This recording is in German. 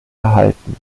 erhalten